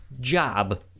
Job